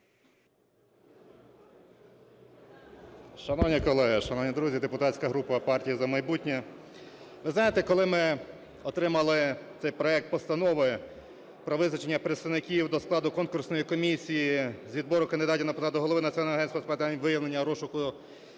Шановні колеги, шановні друзі! Депутатська група партія "За майбутнє". Ви знаєте, коли ми отримали цей проект постанови про визначення представників до складу конкурсної комісії з відбору кандидатів на посаду Голови Національного агентства з питань виявлення, розшуку